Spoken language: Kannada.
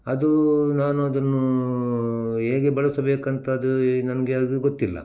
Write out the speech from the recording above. ಅದು ನಾನು ಅದನ್ನು ಹೇಗೆ ಬಳಸಬೇಕಂತ ಅದು ನನಗೆ ಅದು ಗೊತ್ತಿಲ್ಲ